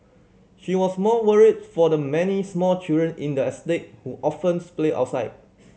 she was more worried for the many small children in the estate who often play outside